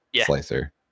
Slicer